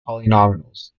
polynomials